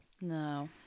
No